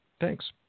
Thanks